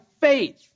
faith